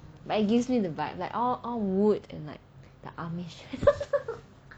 but it gives me the vibe like all wood and like the amish